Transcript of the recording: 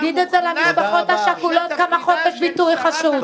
תגיד את זה למשפחות כמה חופש הביטוי הוא חשוב,